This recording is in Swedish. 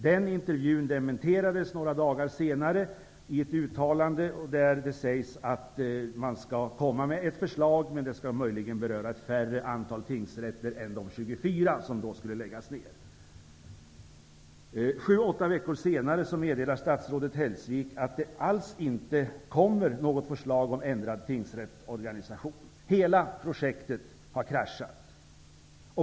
Den intervjun dementerades några dagar senare i ett uttalande där det sägs att man skall lägga fram ett förslag men att det möjligen skall beröra ett färre antal tingsrätter än de 24 som skulle läggas ned. Hellsvik att det inte alls kommer att läggas fram något förslag om ändrad tingsrättsorganisation. Hela projektet har kraschat.